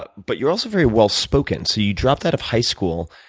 but but you're also very well-spoken. so you dropped out of high school.